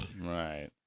Right